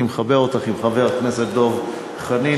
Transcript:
אני מחבר אותך לחבר הכנסת דב חנין,